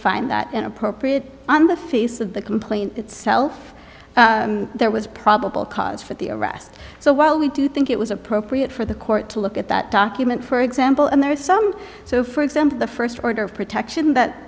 find that and appropriate on the face of the complaint itself there was probable cause for the arrest so while we do think it was appropriate for the court to look at that document for example and there are some so for example the first order of protection that